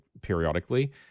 periodically